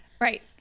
right